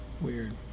Weird